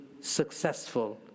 successful